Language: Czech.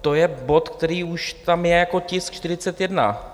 To je bod, který už tam je jako tisk 41.